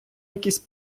якісь